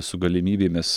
su galimybėmis